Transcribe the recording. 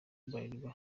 bralirwa